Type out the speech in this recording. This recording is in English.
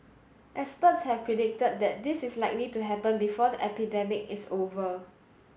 experts have predicted that this is likely to happen before the epidemic is over